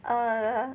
err